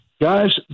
Guys